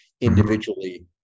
individually